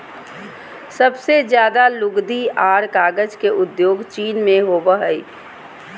सबसे ज्यादे लुगदी आर कागज के उद्योग चीन मे होवो हय